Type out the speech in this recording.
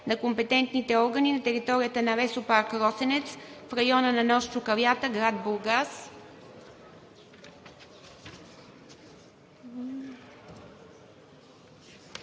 на компетентните органи на територията на Лесопарк „Росенец“ в района на нос Чукалята, гр. Бургас